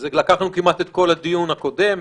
וזה לקח לנו כמעט את כל הדיון הקודם.